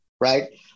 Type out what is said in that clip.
right